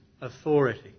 authority